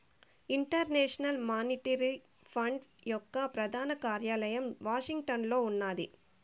international monetary fund యొక్క ప్రధాన కార్యాలయం వాషింగ్టన్లో ఉన్నాది